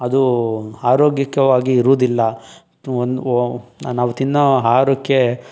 ಅದು ಆರೋಗ್ಯಕವಾಗಿರೋದಿಲ್ಲ ನಾವು ತಿನ್ನೋ ಆಹಾರಕ್ಕೆ